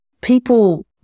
people